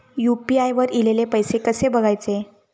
UPI वर ईलेले पैसे कसे बघायचे?